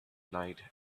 night